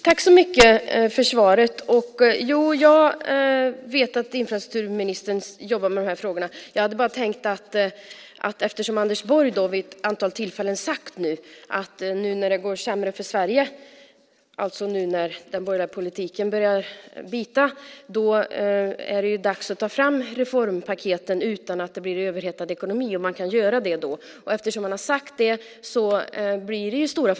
Fru talman! Tack för svaret. Jag vet att infrastrukturministern jobbar med de här frågorna. Eftersom Anders Borg vid ett antal tillfällen har sagt att nu när det går sämre för Sverige - nu när den borgerliga politiken börjar bita - är det dags att ta fram reformpaketen utan att det blir en överhettad ekonomi blir förväntningarna stora.